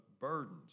burdens